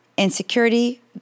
insecurity